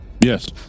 Yes